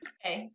Okay